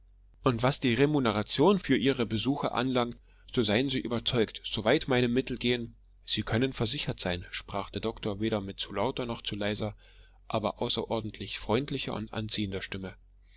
und was die remuneration für ihre besuche anlangt so seien sie überzeugt soweit meine mittel gehen sie können versichert sein sprach der doktor weder mit zu lauter noch zu leiser aber außerordentlich freundlicher und anziehender stimme